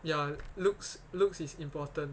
ya looks looks is important